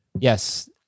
Yes